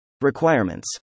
Requirements